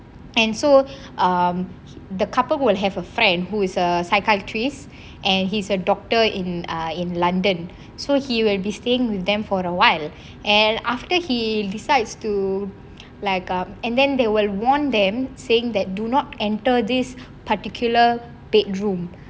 and so um the couple will have a friend who is a psychiatrist and he's a doctor in ah in london so he will be staying with them for a while and after he decides to lack up and then they will want them saying that do not enter this particular bedroom